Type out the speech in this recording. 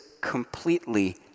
completely